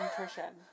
nutrition